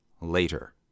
Later